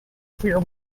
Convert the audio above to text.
clear